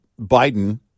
Biden